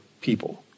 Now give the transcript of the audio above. people